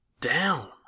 down